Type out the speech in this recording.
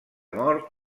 mort